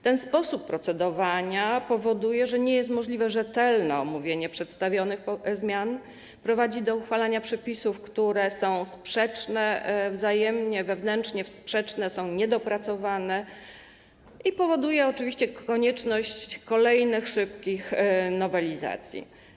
Ten sposób procedowania powoduje, że nie jest możliwe rzetelne omówienie przedstawionych zmian, prowadzi do uchwalania przepisów, które są wzajemnie sprzeczne, wewnętrznie sprzeczne, są niedopracowane, i pociąga za sobą konieczność kolejnych szybkich nowelizacji.